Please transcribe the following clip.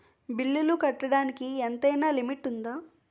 బిల్లులు కట్టడానికి ఎంతైనా లిమిట్ఉందా?